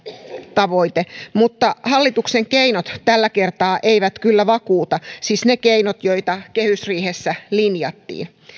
tavoite mutta hallituksen keinot tällä kertaa eivät kyllä vakuuta siis ne keinot joita kehysriihessä linjattiin